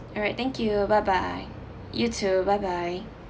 all right thank you bye bye you too bye bye